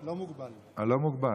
אני לא מוגבל.